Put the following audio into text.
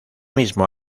mismo